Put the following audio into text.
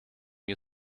you